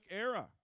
Era